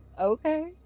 Okay